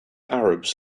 arabs